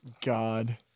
God